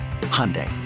Hyundai